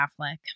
Affleck